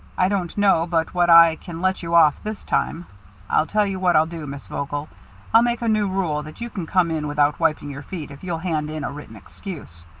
i don't know but what i can let you off this time i'll tell you what i'll do, miss vogel i'll make a new rule that you can come in without wiping your feet if you'll hand in a written excuse.